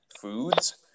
foods